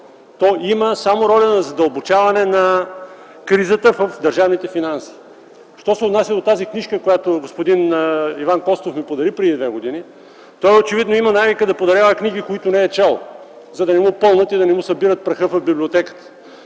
а има само роля на задълбочаване на кризата в държавните финанси. Що се отнася до книжката, която господин Иван Костов ми подари преди две години, той очевидно има навика да подарява книги, които не е чел, за да не му пълнят библиотеката и да събират праха в нея.